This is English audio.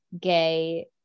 gay